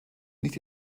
nicht